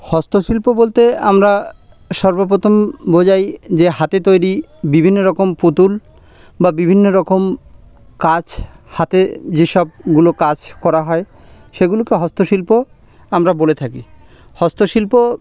হস্তশিল্প বলতে আমরা সর্বপ্রথম বোঝাই যে হাতে তৈরি বিভিন্ন রকম পুতুল বা বিভিন্ন রকম কাজ হাতে যেসবগুলো কাজ করা হয় সেগুলোকে হস্তশিল্প আমরা বলে থাকি হস্তশিল্প